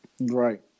Right